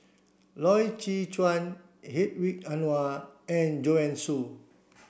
Loy Chye Chuan Hedwig Anuar and Joanne Soo